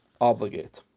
obligate